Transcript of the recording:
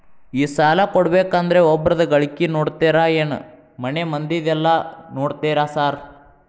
ಈ ಸಾಲ ಕೊಡ್ಬೇಕಂದ್ರೆ ಒಬ್ರದ ಗಳಿಕೆ ನೋಡ್ತೇರಾ ಏನ್ ಮನೆ ಮಂದಿದೆಲ್ಲ ನೋಡ್ತೇರಾ ಸಾರ್?